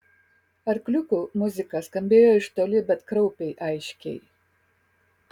arkliukų muzika skambėjo iš toli bet kraupiai aiškiai